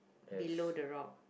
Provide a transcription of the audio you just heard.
below the rock